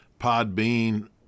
Podbean